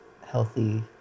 healthy